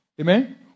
Amen